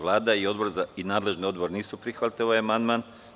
Vlada i nadležni odbor nisu prihvatili ovaj amandman.